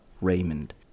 Raymond